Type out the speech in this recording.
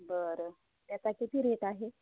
बरं त्याचा किती रेट आहे